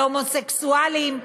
להומוסקסואלים,